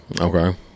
Okay